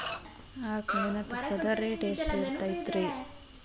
ಆಕಳಿನ ತುಪ್ಪದ ರೇಟ್ ಎಷ್ಟು ಇರತೇತಿ ರಿ?